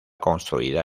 construida